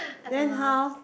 then how